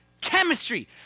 chemistry